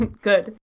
Good